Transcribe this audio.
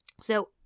So-